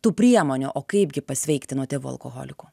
tų priemonių o kaipgi pasveikti nuo tėvų alkoholikų